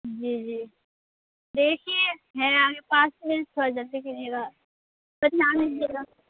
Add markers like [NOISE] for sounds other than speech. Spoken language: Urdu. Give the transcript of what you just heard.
جی جی دیکھیے ہے آگے پاس میں تھوڑا جلدی کیجیے گا [UNINTELLIGIBLE]